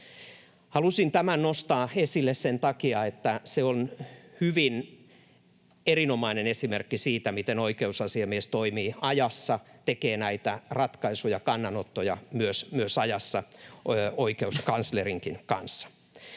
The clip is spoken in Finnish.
Halusin tämän nostaa esille sen takia, että se on hyvin erinomainen esimerkki siitä, miten oikeusasiamies toimii ajassa, tekee näitä ratkaisuja, kannanottoja, myös ajassa oikeuskanslerinkin kanssa.